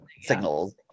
signals